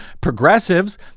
progressives